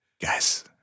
Guys